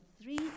three